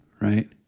right